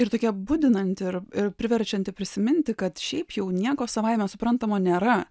ir tokia budinanti ir ir priverčianti prisiminti kad šiaip jau nieko savaime suprantamo nėra